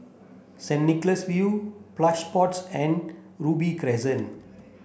Saint Nicholas View Plush Pods and Robey Crescent